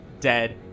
dead